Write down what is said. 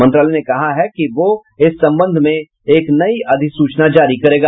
मंत्रालय ने कहा है कि वह इस संबंध में एक नई अधिसूचना जारी करेगा